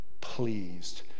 pleased